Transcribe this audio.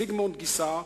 זיגמונד גיסה,